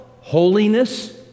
holiness